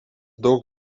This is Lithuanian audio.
daug